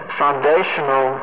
foundational